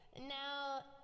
Now